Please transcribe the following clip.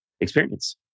experience